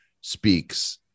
speaks